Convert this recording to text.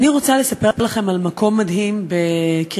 אני רוצה לספר לכם על מקום מדהים בקריית-אונו,